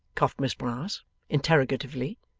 coughed miss brass interrogatively.